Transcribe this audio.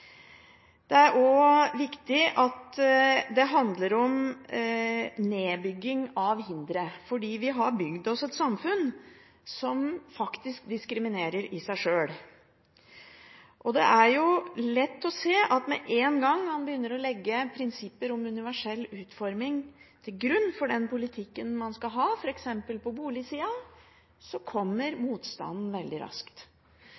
Det er også viktig at det handler om nedbygging av hindre, for vi har bygd oss et samfunn som faktisk diskriminerer i seg sjøl. Det er lett å se at med en gang man begynner å legge prinsipper om universell utforming til grunn for den politikken man skal føre, f.eks. på boligsida, kommer motstanden veldig raskt.